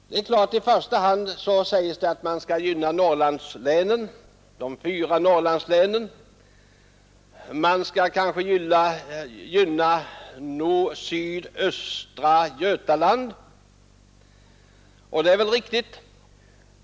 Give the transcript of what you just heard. Det är klart att man i första hand bör gynna Norrlandslänen, och det är väl riktigt att också gynna sydöstra Götaland.